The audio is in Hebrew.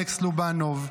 אלכס לובנוב,